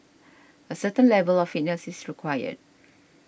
a certain level of fitness is required